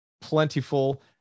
plentiful